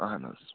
اَہَن حظ